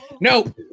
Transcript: No